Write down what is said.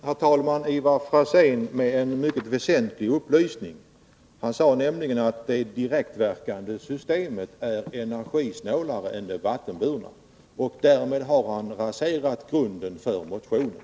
Herr talman! Nu kom Ivar Franzén med en mycket väsentlig upplysning. Han sade att det direktverkande systemet är energisnålare än det vattenburna. Därmed har Ivar Franzén raserat grunden för motionen.